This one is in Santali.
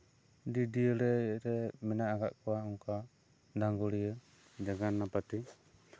ᱰᱤᱰᱟᱹᱲᱤ ᱨᱮ ᱢᱮᱱᱟᱜ ᱠᱟᱜ ᱠᱚᱣᱟ ᱚᱱᱠᱟ ᱫᱷᱟᱝᱜᱚᱲᱤᱭᱟᱹ ᱡᱟᱜᱟᱣᱱᱟ ᱯᱟᱴᱤ